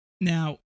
Now